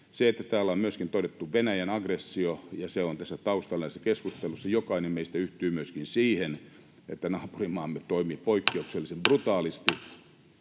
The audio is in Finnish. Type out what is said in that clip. katsoa. Täällä on myöskin todettu Venäjän aggressio, ja se on taustalla näissä keskusteluissa. Jokainen meistä yhtyy myöskin siihen, että naapurimaamme toimii poikkeuksellisen brutaalisti.